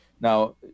now